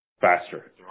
faster